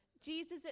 Jesus